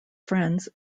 friends